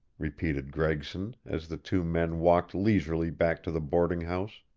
repeated gregson, as the two men walked leisurely back to the boarding-house.